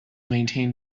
maintain